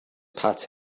pat